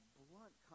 blunt